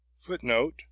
Footnote